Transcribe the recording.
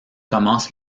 commence